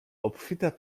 obfite